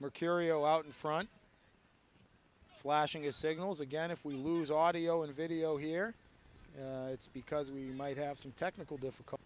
mecurio out in front flashing his signals again if we lose audioboo video here it's because we might have some technical difficult